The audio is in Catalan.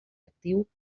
actiu